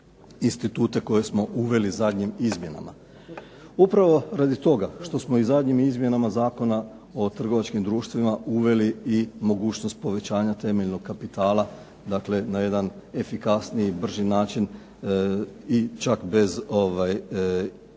institute koje smo uveli zadnjim izmjenama. Upravo radi toga što smo i zadnjim izmjenama Zakona o trgovačkim društvima uveli i mogućnost povećanja temeljnog kapitala. Dakle, na jedan efikasniji, brži način i čak bez izvješća